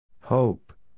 Hope